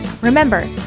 Remember